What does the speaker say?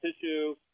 tissue